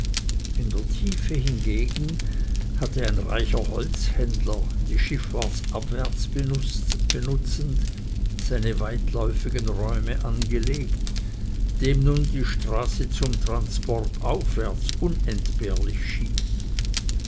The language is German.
in der tiefe hingegen hatte ein reicher holzhändler die schiffahrt abwärts benutzend seine weitläufigen räume angelegt dem nun die straße zum transport aufwärts unentbehrlich schien